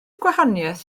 gwahaniaeth